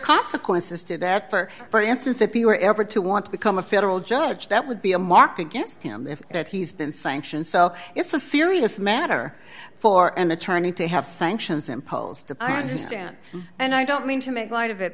consequences to that for for instance if you were ever to want to become a federal judge that would be a mark against him if that he's been sanctioned so it's a serious matter for an attorney to have sanctions imposed i understand and i don't mean to make light of it